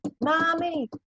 mommy